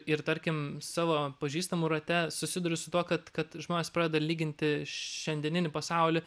ir tarkim savo pažįstamų rate susiduriu su tuo kad kad žmonės pradeda lyginti šiandieninį pasaulį